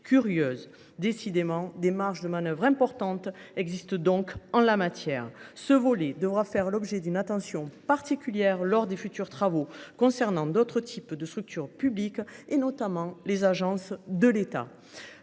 curieuse. Décidément, des marges de manœuvre importantes existent dans ce domaine. Ce volet devra faire l’objet d’une attention particulière lorsque des travaux seront entrepris pour d’autres types de structures publiques, notamment les agences de l’État.